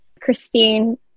Christine